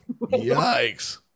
yikes